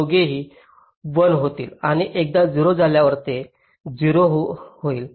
दोघेही 1 होतील आणि एकदा 0 झाल्यावर ते 0 होतील